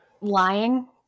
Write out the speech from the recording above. lying